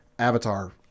Avatar